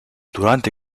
durante